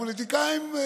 פוליטיקאים,